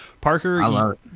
Parker